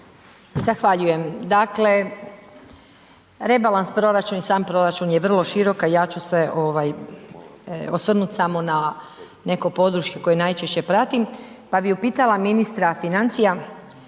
Zahvaljujem. Dakle, rebalans proračuna i sam proračun je vrlo široka, ja ću se ovaj osvrnut samo na neko područje koje najčešće pratim, pa bi upitala ministra financija